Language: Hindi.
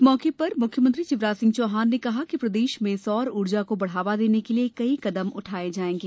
इस मौके पर मुख्यमंत्री शिवराज सिंह चौहाने ने कहा कि प्रदेश में सौर ऊर्जा को बढ़ावा देने के लिए कई कदम उठाये जायेंगे